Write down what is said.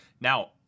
Now